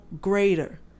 greater